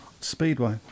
Speedway